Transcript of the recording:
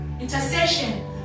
intercession